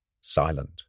silent